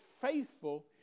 faithful